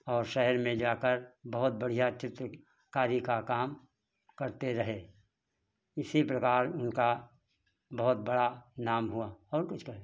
और शहर में जाकर बहुत बढ़ियाँ चित्रकारी का काम करते रहे इसी प्रकार उनका बहुत बड़ा उनका नाम हुआ और कुछ कहें